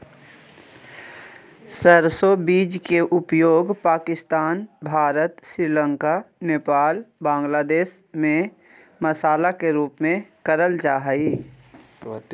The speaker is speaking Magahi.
सरसो बीज के उपयोग पाकिस्तान, भारत, श्रीलंका, नेपाल, बांग्लादेश में मसाला के रूप में करल जा हई